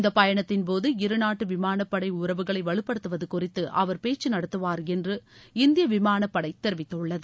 இந்தப் பயணத்தின் போது இருநாட்டு விமானப்படை உறவுகளை வலுப்படுத்துவது குறித்து அவர் பேச்சு நடத்துவார் என்று இந்திய விமானப்படை தெரிவித்துள்ளது